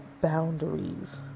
boundaries